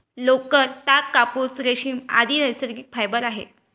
लोकर, ताग, कापूस, रेशीम, आदि नैसर्गिक फायबर आहेत